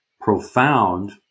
profound